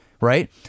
right